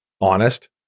honest